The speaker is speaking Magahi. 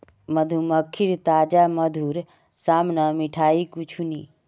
मधुमक्खीर ताजा मधुर साम न मिठाई कुछू नी